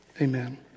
Amen